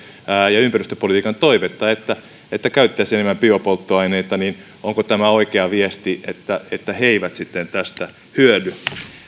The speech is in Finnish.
ja ympäristöpolitiikan toivetta että että käyttäisivät enemmän biopolttoaineita onko tämä oikea viesti että että he eivät sitten tästä hyödy ja